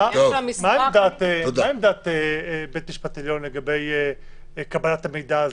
מה עמדת בית המשפט העליון לגבי קבלת המידע הזה?